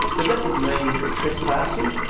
but that would mean trespassing,